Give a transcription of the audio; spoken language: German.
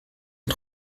und